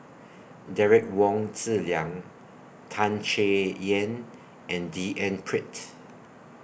Derek Wong Zi Liang Tan Chay Yan and D N Pritt